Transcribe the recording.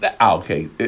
Okay